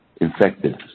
infected